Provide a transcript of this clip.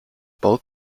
both